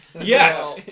Yes